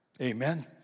Amen